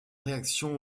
réaction